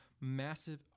massive